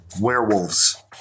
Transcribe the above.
werewolves